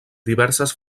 diverses